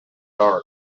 dark